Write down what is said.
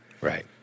Right